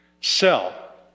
Sell